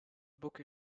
book